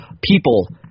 people